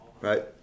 right